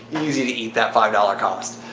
easy to eat that five dollars cost.